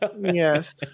yes